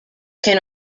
can